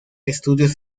estudios